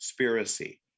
Spiracy